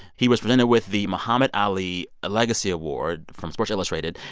he was presented with the muhammad ali legacy award from sports illustrated,